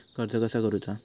कर्ज कसा करूचा?